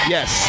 Yes